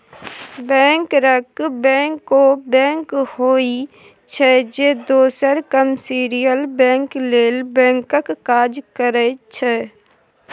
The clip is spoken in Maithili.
बैंकरक बैंक ओ बैंक होइ छै जे दोसर कामर्शियल बैंक लेल बैंकक काज करै छै